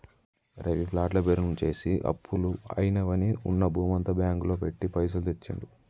రవి ప్లాట్ల బేరం చేసి అప్పులు అయినవని ఉన్న భూమంతా బ్యాంకు లో పెట్టి పైసలు తెచ్చిండు